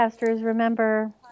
remember